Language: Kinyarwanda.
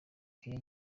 care